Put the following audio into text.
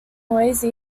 noise